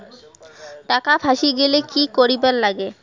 টাকা ফাঁসি গেলে কি করিবার লাগে?